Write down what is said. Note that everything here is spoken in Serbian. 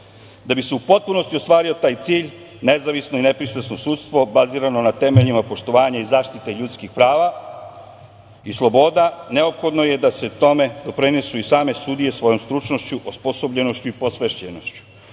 bi se u potpunosti ostvario taj cilj, nezavisno i nepristrasno sudstvo bazirano na temeljima poštovanja i zaštite ljudskih prava i sloboda neophodno je da se tome doprinesu i same sudije svojom stručnošću, osposobljenošću i posvećenošću.